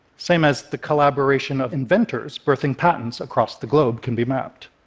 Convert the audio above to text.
same as the collaboration of inventors birthing patents across the globe can be mapped.